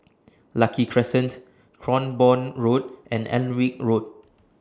Lucky Crescent Cranborne Road and Alnwick Road